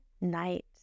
night